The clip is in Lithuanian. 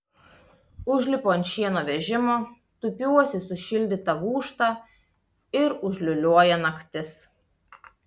užlipu ant šieno vežimo tupiuosi į sušildytą gūžtą ir užliūliuoja naktis